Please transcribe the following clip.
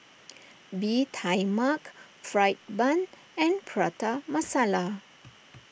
Bee Tai Mak Fried Bun and Prata Masala